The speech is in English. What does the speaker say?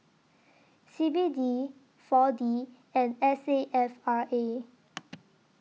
C B D four D and S A F R A